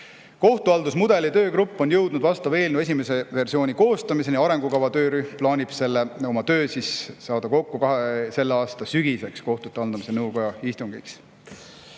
Kohtuhaldusmudeli töögrupp on jõudnud vastava eelnõu esimese versiooni koostamiseni. Arengukava töörühm plaanib oma töö valmis saada selle aasta sügiseks, kohtute haldamise nõukoja istungiks.